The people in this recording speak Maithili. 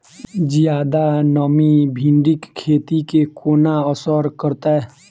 जियादा नमी भिंडीक खेती केँ कोना असर करतै?